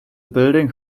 building